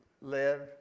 live